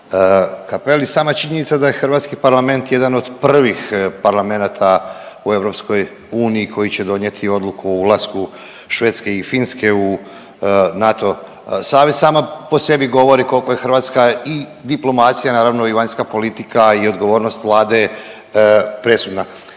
Cappelli. Sama činjenica da je hrvatski parlament jedan od prvih parlamenata u EU koji će donijeti odluku o ulasku Švedske i Finske u NATO savez sama po sebi govori koliko je hrvatska i diplomacija, naravno i vanjska politika i odgovornost vlade presudna.